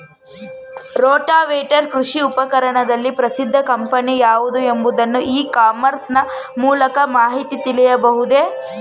Rotavator ಕೃಷಿ ಉಪಕರಣದಲ್ಲಿ ಪ್ರಸಿದ್ದ ಕಂಪನಿ ಯಾವುದು ಎಂಬುದನ್ನು ಇ ಕಾಮರ್ಸ್ ನ ಮೂಲಕ ಮಾಹಿತಿ ತಿಳಿಯಬಹುದೇ?